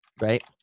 Right